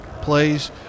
plays